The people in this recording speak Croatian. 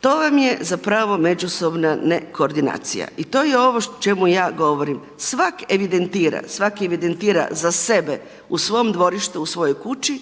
To vam je zapravo međusobna ne koordinacija. I to je ovo o čemu ja govorim, svatko evidentira, svatko evidentira za sebe, u svom dvorištu u svojoj kući